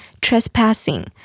Trespassing